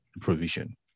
provision